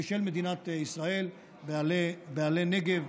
בשם מדינת ישראל ב"עלה נגב",